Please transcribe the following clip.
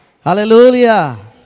Hallelujah